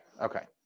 okay